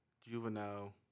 Juvenile